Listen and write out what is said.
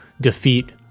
defeat